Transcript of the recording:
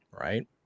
right